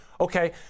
okay